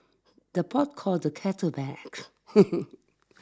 the pot calls the kettle back